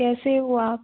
कैसे हो आप